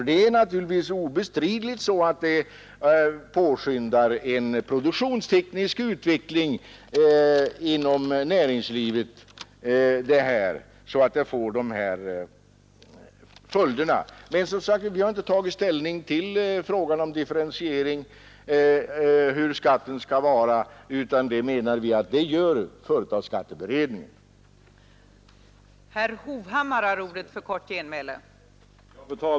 Det är naturligtvis obestridligt att avgiften påskyndar en produktionsteknisk utveckling inom näringslivet. Men som sagt, vi har inte tagit ställning till frågan om differentieringen och hur avgiften skall utformas, utan vi menar att företagsskatteberedningen kommer att pröva den saken.